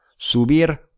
Subir